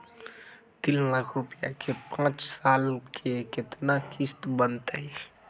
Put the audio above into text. तीन लाख रुपया के पाँच साल के केतना किस्त बनतै?